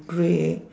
grey